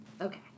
Okay